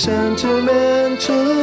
Sentimental